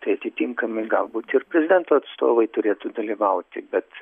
tai atitinkamai galbūt ir prezidento atstovai turėtų dalyvauti bet